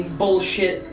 bullshit